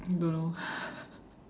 don't know